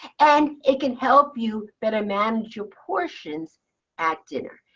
and it can help you better manage your portions at dinner.